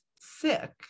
sick